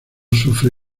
sufre